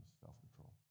self-control